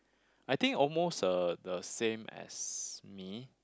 I think almost uh the same as me